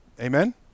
Amen